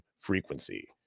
frequency